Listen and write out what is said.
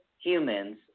humans